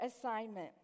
assignment